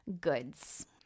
goods